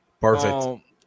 Perfect